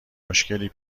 مشکلی